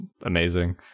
amazing